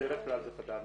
בדרך כלל זה חדר ניתוח.